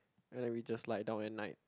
and then we just lie down at night